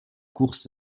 courses